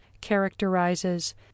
characterizes